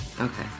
Okay